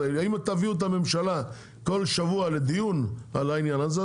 אם תביאו את הממשלה כל שבוע לדיון על העניין הזה,